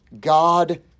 God